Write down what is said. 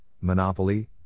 monopoly